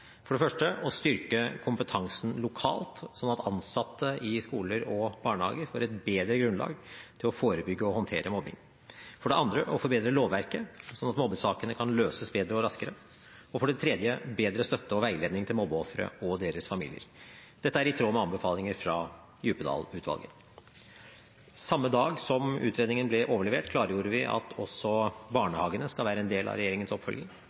For det første å styrke kompetansen lokalt, slik at ansatte i skoler og barnehager får et bedre grunnlag til å forebygge og håndtere mobbing. For det andre å forbedre lovverket, slik at mobbesakene kan løses bedre og raskere. Og for det tredje, bedre støtte og veiledning til mobbeofre og deres familier. Dette er i tråd med anbefalinger fra Djupedal-utvalget. Samme dag som utredningen ble overlevert, klargjorde vi at også barnehagene skal være en del av regjeringens oppfølging.